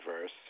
verse